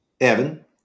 Evan